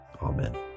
Amen